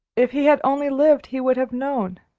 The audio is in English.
if he had only lived he would have known.